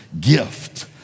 gift